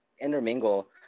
intermingle